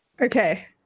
okay